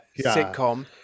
sitcom